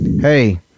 hey